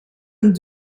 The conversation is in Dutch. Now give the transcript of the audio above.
een